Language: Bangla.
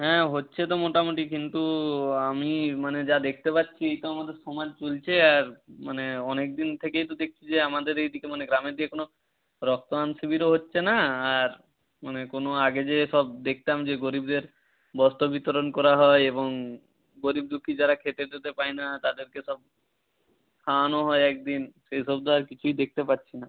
হ্যাঁ হচ্ছে তো মোটামুটি কিন্তু আমি মানে যা দেখতে পাচ্ছি এই তো আমাদের সমাজ চলছে আর মানে অনেক দিন থেকেই তো দেখছি যে আমাদের এই দিকে মানে গ্রামের দিকে কোনো রক্তদান শিবিরও হচ্ছে না আর মানে কোনো আগে যে সব দেখতাম যে গরিবদের বস্ত্র বিতরণ করা হয় এবং গরিব দুঃখী যারা খেতে টেতে পায় না তাদেরকে সব খাওয়ানো হয় এক দিন সেই সব তো আর কিছুই দেখতে পাচ্ছি না